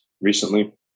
recently